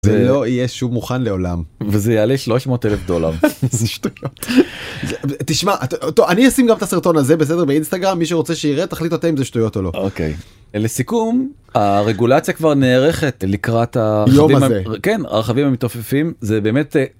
זה לא יהיה שוב מוכן לעולם וזה יעלה 300 אלף דולר. תשמע אני אשים גם את הסרטון הזה בסדר באינסטגרם מי שרוצה שיראה תחליט אותה אם זה שטויות או לא. אוקיי. לסיכום הרגולציה כבר נערכת לקראת הרכבים המתעופפים זה באמת.